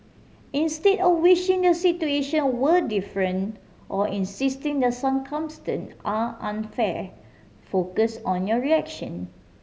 instead of wishing the situation were different or insisting the circumstance are unfair focus on your reaction